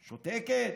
שותקת,